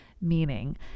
meaning